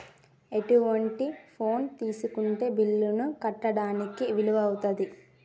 ఎటువంటి ఫోన్ తీసుకుంటే బిల్లులను కట్టడానికి వీలవుతది?